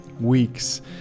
weeks